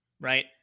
right